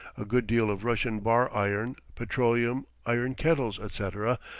a good deal of russian bar iron, petroleum, iron kettles, etc,